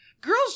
girls